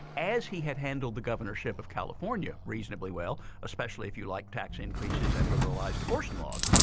as he has handled the governorship of california reasonably well especially if you like tax increases and liberalized abortion laws.